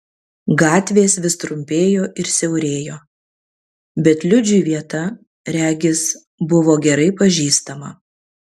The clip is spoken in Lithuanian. gatvės vis trumpėjo ir siaurėjo bet liudžiui vieta regis buvo gerai pažįstama